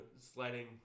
sliding